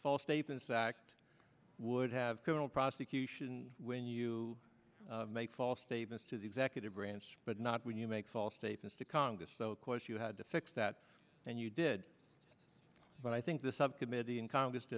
false statements act would have criminal prosecution when you make false statements to the executive branch but not when you make false statements to congress so of course you had to fix that and you did but i think the subcommittee in co